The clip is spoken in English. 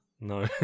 No